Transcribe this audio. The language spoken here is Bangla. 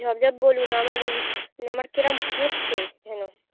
ঝপঝপ বলুন আমার উ আমার কেরকম হচ্ছে যেন